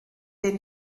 den